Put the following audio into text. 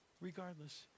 regardless